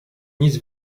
nic